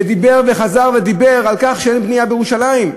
ודיבר וחזר ודיבר על כך שאין בנייה בירושלים.